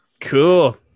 Cool